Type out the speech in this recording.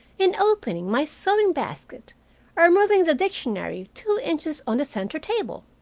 in opening my sewing-basket or moving the dictionary two inches on the center table?